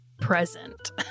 present